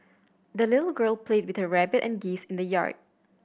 the little girl played with her rabbit and geese in the yard